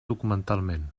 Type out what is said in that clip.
documentalment